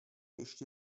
ještě